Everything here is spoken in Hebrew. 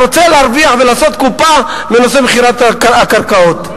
שרוצה להרוויח ולעשות קופה מנושא מכירת הקרקעות.